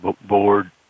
board